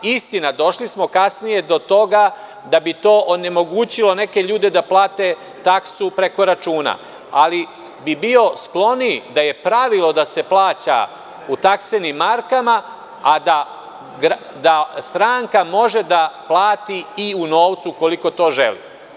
Istina, došli smo kasnije do toga da bi to onemogućilo neke ljude da plate taksu preko računa, ali bih bio sklon da je pravilo da se plaća u taksenim markama, a da stranka može da plati i u novcu, ukoliko to želi.